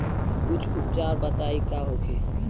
कुछ उपचार बताई का होखे?